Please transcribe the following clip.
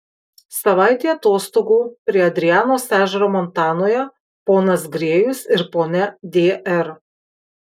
savaitė atostogų prie adrianos ežero montanoje ponas grėjus ir ponia d r